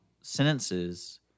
sentences